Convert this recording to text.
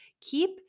Keep